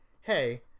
hey